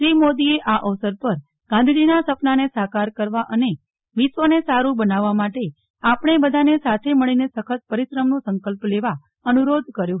શ્રી મોદીએ આ અવસર પર ગાંધીજીના સપનાને સાકાર કરવા અને વિશ્વને સારું બનાવવા માટે આપણે બધાને સાથે મળીને સખત પરિશ્રમનો સંકલ્પ લેવા અનુરોધ કર્યો હતો